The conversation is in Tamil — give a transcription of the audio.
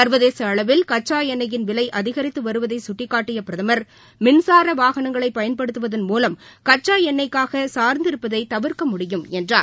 சா்வதேச அளவில் கச்சா எண்ணையின் விலை அதிகரித்து வருவதை கட்டிகாட்டிய பிரதமர் மின்சார வாகனங்களை பயன்படுத்துவதன் மூலம் கச்சா எண்ணைக்காக சார்ந்திருப்பதை தவிர்க்க முடியும் என்றார்